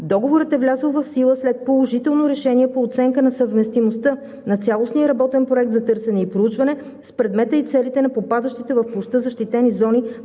Договорът е влязъл в сила след положително решение по оценка на съвместимостта на цялостния работен проект за търсене и проучване с предмета и целите на попадащите в площта защитени зони